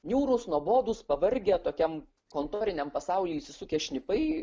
niūrūs nuobodūs pavargę tokiam kontoriniam pasaulyje įsisukę šnipai